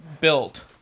built